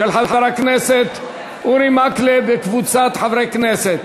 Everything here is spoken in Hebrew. של חבר הכנסת אורי מקלב וקבוצת חברי הכנסת.